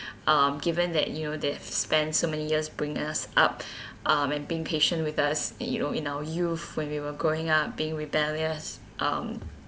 um given that you know they have spent so many years bring us up um and being patient with us and you know in our youth when we were growing up being rebellious um